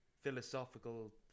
philosophical